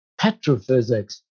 petrophysics